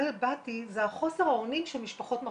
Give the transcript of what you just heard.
באתי הוא חוסר האונים שמשפחות מרגישות.